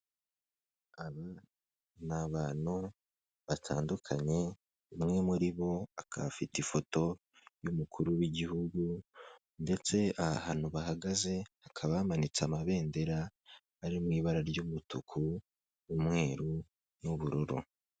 Aba ni abantu batandukanye, umwe muri bo akaba afite ifoto y'umukuru w'igihugu ndetse ahahantu bahagaze hakaba hamanitse amabendera ari mu ibara ry'umutuku, umweru n'ubururu.